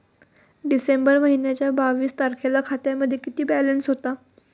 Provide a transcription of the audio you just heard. डिसेंबर महिन्याच्या बावीस तारखेला खात्यामध्ये किती बॅलन्स होता?